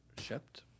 shipped